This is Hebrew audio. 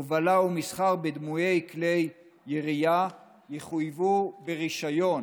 הובלה ומסחר בדמויי כלי ירייה יחויבו ברישיון